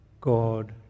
God